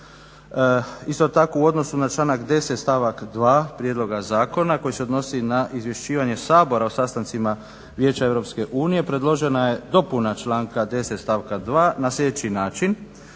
Isto tako, u odnosu na članak 10. stavak 2. prijedloga zakona koji se odnosi na izvješćivanje Sabora o sastancima Vijeća EU predložena je dopuna članka 10. stavka 2. na sljedeći način.